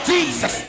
Jesus